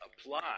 apply